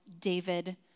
David